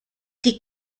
die